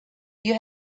you